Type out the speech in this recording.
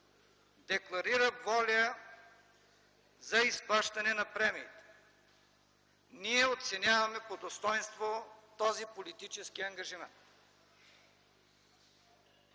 декларира воля за изплащане на премиите. Ние оценяваме по достойнство този политически ангажимент,